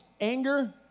Anger